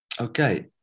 okay